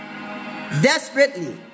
Desperately